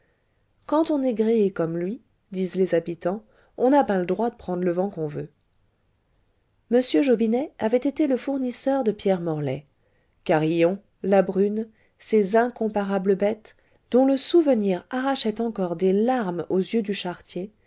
quand on est gréé comme lui disent les habitants on a ben l'droit d'prendre le vent qu'on veut m jobinet avait été le fournisseur de pierre morlaix carillon la brune ces incomparables bêtes dont le souvenir arrachait encore des larmes aux yeux du charretier